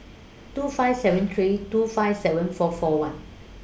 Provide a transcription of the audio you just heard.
two five seven three two five seven four four one